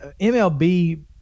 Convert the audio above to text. MLB